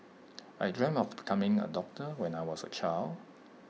I dreamt of becoming A doctor when I was A child